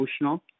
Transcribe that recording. emotional